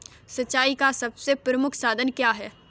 सिंचाई का सबसे प्रमुख साधन क्या है?